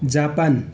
Japan